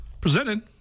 presented